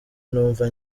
numva